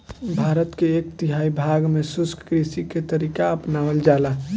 भारत के एक तिहाई भाग में शुष्क कृषि के तरीका अपनावल जाला